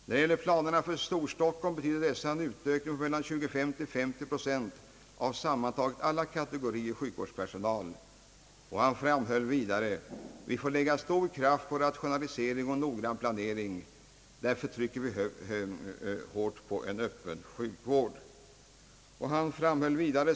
När det gäller planerna för Stor-Stockholm betyder dessa en utökning på mellan 25 och 50 procent av alla kategorier sjukvårdspersonal sammantaget.» Han framhöll vidare: »Vi får lägga stor kraft på rationalisesering och noggrann planering. Därför trycker vi hårt på en öppen sjukvård.